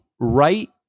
right